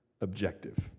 objective